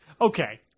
Okay